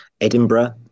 Edinburgh